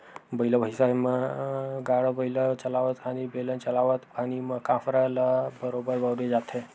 बइला भइसा के म गाड़ा बइला चलावत खानी, बेलन चलावत खानी कांसरा ल बरोबर बउरे जाथे